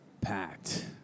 packed